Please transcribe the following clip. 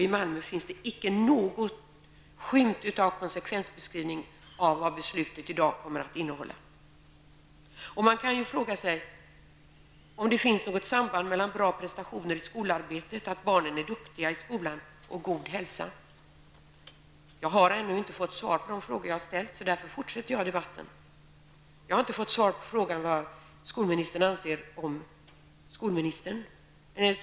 I Malmö finns det icke någon skymt av konsekvensbeskrivning när det gäller innehållet i dagens beslut. Man kan fråga sig om det finns något samband mellan bra prestationer i skolarbetet, att barnen är duktiga i skolan, och god hälsa. Jag har ännu inte fått något svar på de frågor som jag har ställt, så därför fortsätter jag att föra denna debatt. Jag har inte fått svar på frågan om vad skolministern anser om skolläkare.